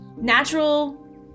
natural